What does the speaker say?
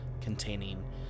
containing